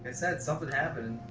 and said, something happened.